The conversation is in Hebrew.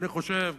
ואני חושב,